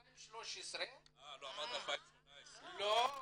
משנת 2013. לא, אמרת 2018. לא,